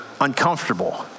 uncomfortable